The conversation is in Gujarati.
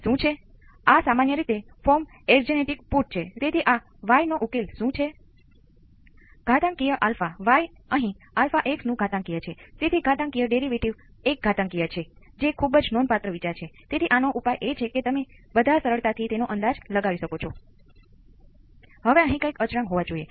તેથી તમે અહીં જુઓ છો તે ચલનું સર્વોચ્ચ વિકલન 1 છે તેથી આ પ્રથમ ઓર્ડર વિભેદક સમીકરણ છે અને પરિણામે આ સર્કિટ પણ પ્રથમ ઓર્ડર સર્કિટ છે